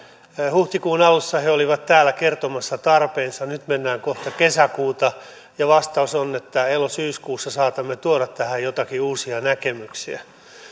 huhtikuun alussa he olivat täällä kertomassa tarpeensa nyt mennään kohta kesäkuuta ja vastaus on että elo syyskuussa saatamme tuoda tähän joitakin uusia näkemyksiä